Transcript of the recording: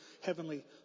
heavenly